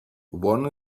one